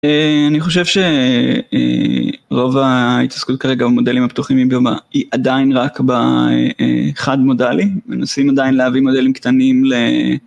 אני חושב שרוב ההתעסקות כרגע במודלים הפתוחים היא עדיין רק בחד מודלי, מנסים עדיין להביא מודלים קטנים ל...